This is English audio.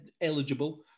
eligible